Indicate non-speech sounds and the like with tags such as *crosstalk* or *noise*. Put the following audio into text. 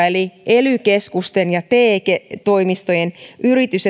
*unintelligible* eli ely keskusten ja te toimistojen yritys *unintelligible*